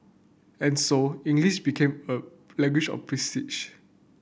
and so English became a language of prestige